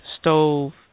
stove